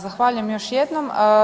Zahvaljujem još jednom.